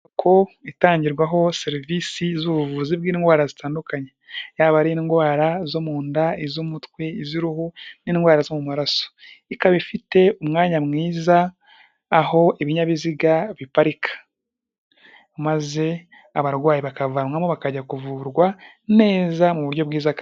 Inyubako itangirwaho serivisi z'ubuvuzi bw'indwara zitandukanye, yaba ari indwara zo mu nda, iz'umutwe, iz'uruhu n'indwara zo mu maraso, ikaba ifite umwanya mwiza aho ibinyabiziga biparika, maze abarwayi bakavanwamo bakajya kuvurwa neza mu buryo bwiza.